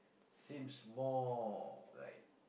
seems more like